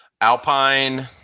Alpine